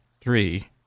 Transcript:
three